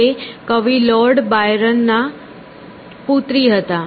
તે કવિ Lord Byron ના પુત્રી હતા